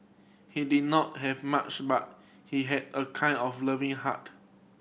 he did not have much but he had a kind of loving heart